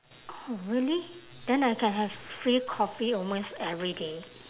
oh really then I can have free coffee almost every day